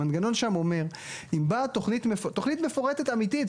המנגנון שם אומר אם באה תכנית מפורטת אמיתית.